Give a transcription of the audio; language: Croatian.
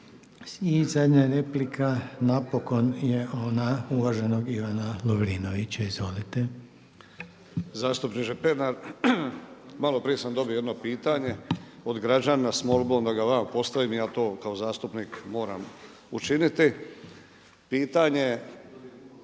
I zadnja replika napokon je ona uvaženog Ivana Lovrinovića. Izvolite. **Lovrinović, Ivan (Promijenimo Hrvatsku)** Zastupniče Pernar, malo prije sam dobio jedno pitanje od građana s molbom da ga vama postavim i ja to kao zastupnik moram učiniti. Pitanje